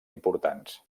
importants